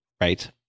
right